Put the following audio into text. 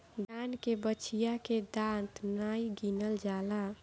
दान के बछिया के दांत नाइ गिनल जाला